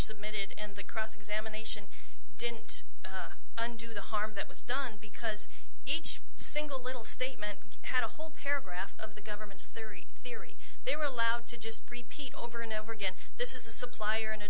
submitted and the cross examination didn't undo the harm that was done because each single little statement had a whole paragraph of the government's theory theory they were allowed to just creepy over and over again this is a supplier in a